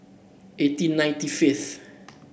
eighteen ninety fifth